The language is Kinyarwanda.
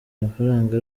amafaranga